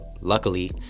luckily